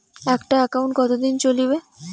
একটা একাউন্ট কতদিন চলিবে?